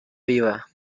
viva